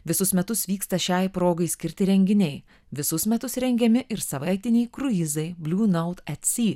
visus metus vyksta šiai progai skirti renginiai visus metus rengiami ir savaitiniai kruizai bliu naut et sy